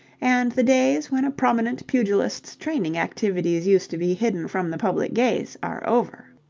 and the days when a prominent pugilist's training activities used to be hidden from the public gaze are over.